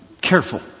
careful